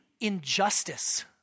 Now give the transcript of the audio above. injustice